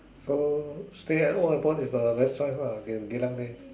so stay at old airport is the best choice ah in Geylang there